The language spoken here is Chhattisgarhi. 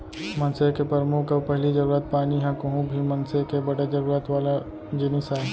मनसे के परमुख अउ पहिली जरूरत पानी ह कोहूं भी मनसे के बड़े जरूरत वाला जिनिस आय